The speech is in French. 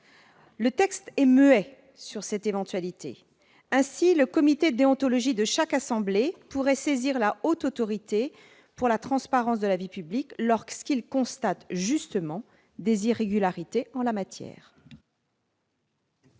le texte est muet sur cette éventualité. Ainsi, le comité de déontologie de chaque assemblée pourrait saisir la Haute Autorité pour la transparence de la vie publique lorsqu'il constate des irrégularités en la matière.